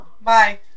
Bye